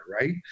right